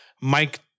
Mike